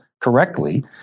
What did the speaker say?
correctly